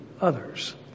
others